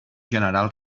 generals